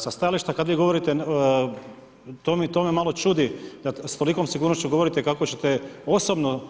Sa stajališta, kada vi govorite, to me malo čudi, s kolikom sigurnošću govorite, kako ćete osobno